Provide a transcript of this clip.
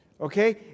Okay